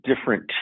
different